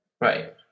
Right